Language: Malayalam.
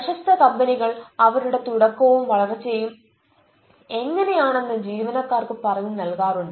പ്രശസ്ത കമ്പനികൾ അവരുടെ തുടക്കവും വളർച്ചയും എങ്ങനെ ആണ് എന്ന് ജീവനക്കാർക്ക് പറഞ്ഞ് നൽകാറുണ്ട്